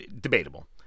debatable